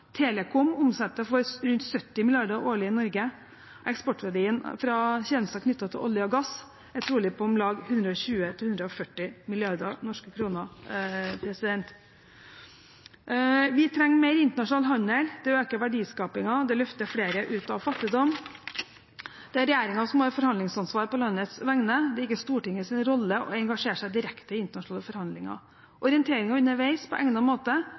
omsetter for rundt 70 mrd. kr årlig i Norge. Eksportverdien fra tjenester knyttet til olje og gass er trolig på om lag 120 mrd.–140 mrd. NOK. Vi trenger mer internasjonal handel. Det øker verdiskapingen, det løfter flere ut av fattigdom. Det er regjeringen som har forhandlingsansvar på landets vegne. Det er ikke Stortingets rolle å engasjere seg direkte i internasjonale forhandlinger. Orientering underveis på egnet måte